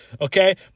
okay